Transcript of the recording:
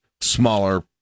smaller